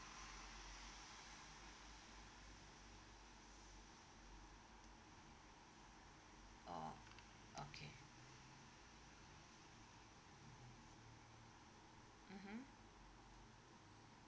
oh okay mmhmm